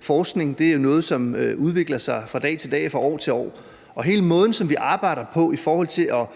forskning er jo noget, der udvikler sig fra dag til dag og fra år til år. Hele måden, som vi arbejder på i forhold til at